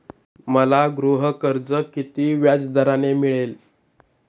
मला गृहकर्ज किती व्याजदराने मिळेल?